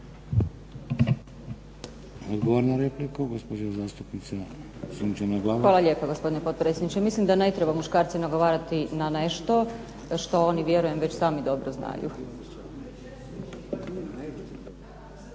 Hvala lijepo gospodine potpredsjedniče. Mislim da ne treba muškarcima ... na nešto što oni vjerujem sami dobro znaju.